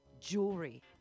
jewelry